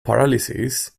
paralysis